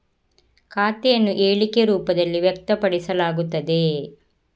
ಖಾತೆಯನ್ನು ಹೇಳಿಕೆ ರೂಪದಲ್ಲಿ ವ್ಯಕ್ತಪಡಿಸಲಾಗುತ್ತದೆ